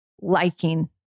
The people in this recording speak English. liking